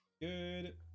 good